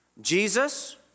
Jesus